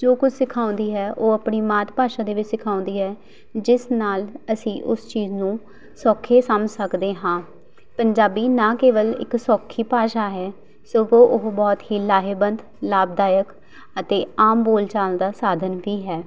ਜੋ ਕੁਛ ਸਿਖਾਉਂਦੀ ਹੈ ਉਹ ਆਪਣੀ ਮਾਤ ਭਾਸ਼ਾ ਦੇ ਵਿੱਚ ਸਿਖਾਉਂਦੀ ਹੈ ਜਿਸ ਨਾਲ ਅਸੀਂ ਉਸ ਚੀਜ਼ ਨੂੰ ਸੌਖੇ ਸਮਝ ਸਕਦੇ ਹਾਂ ਪੰਜਾਬੀ ਨਾ ਕੇਵਲ ਇੱਕ ਸੌਖੀ ਭਾਸ਼ਾ ਹੈ ਸਗੋਂ ਉਹ ਬਹੁਤ ਹੀ ਲਾਹੇਵੰਦ ਲਾਭਦਾਇਕ ਅਤੇ ਆਮ ਬੋਲਚਾਲ ਦਾ ਸਾਧਨ ਵੀ ਹੈ